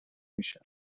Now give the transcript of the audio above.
میشم